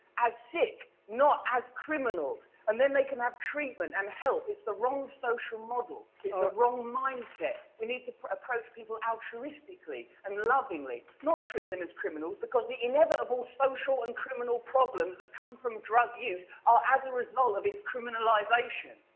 as sick, not as criminals. and then they can have treatment and help. it's the wrong social model, it's the wrong mindset. we need to approach people altruistically and lovingly, not treat them as criminals. because the inevitable social and criminal problems come from drug use are as a result of its criminalization.